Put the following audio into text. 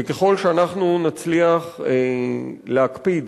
וככל שאנחנו נצליח להקפיד